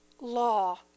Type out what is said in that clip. law